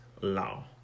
law